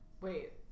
Wait